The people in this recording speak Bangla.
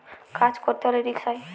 কাজ করতে হলে রিস্ক হয়